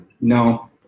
No